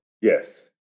Yes